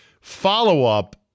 Follow-up